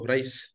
Rice